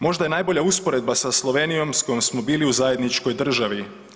Možda je najbolja usporedba sa Slovenijom sa kojom smo bili u zajedničkoj državi.